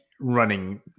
running